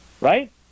Right